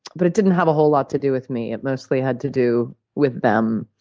but it didn't have a whole lot to do with me. it mostly had to do with them,